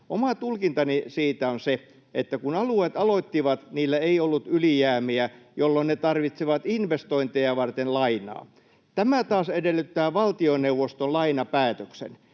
Oma tulkintani siitä on se, että kun alueet aloittivat, niillä ei ollut ylijäämiä, jolloin ne tarvitsivat investointeja varten lainaa. Tämä taas edellyttää valtioneuvoston lainapäätöksen.